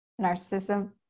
narcissism